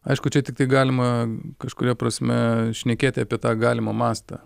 aišku čia tiktai galima kažkuria prasme šnekėti apie tą galimą mastą